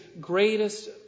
greatest